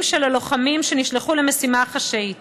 של הלוחמים שנשלחו למשימה החשאית.